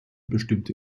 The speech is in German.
bestimmte